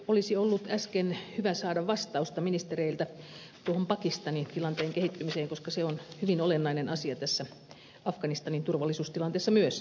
olisi ollut äsken hyvä saada vastausta ministereiltä tuohon pakistanin tilanteen kehittymiseen koska se on hyvin olennainen asia tässä afganistanin turvallisuustilanteessa myös